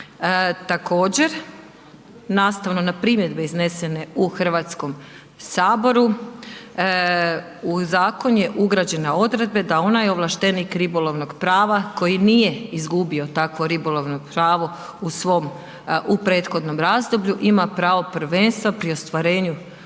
Također nastavno na primjedbe iznesene u Hrvatskom saboru u zakon su ugrađene odredbe da onaj ovlaštenik ribolovnog prava koji nije izgubio takvo ribolovno pravo u svom, u prethodnom razdoblju ima pravo prvenstva pri ostvarenju ovlaštenja